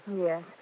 Yes